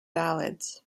ballads